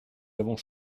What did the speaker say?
avons